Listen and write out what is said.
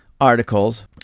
articles